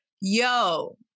Yo